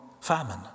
famine